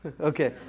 Okay